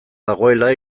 dagoela